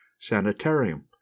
Sanitarium